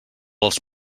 els